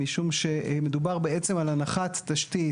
משום שמדובר בעצם על הנחת תשתית,